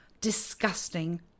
disgusting